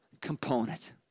component